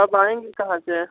अब आएंगे कहाँ से